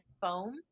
foam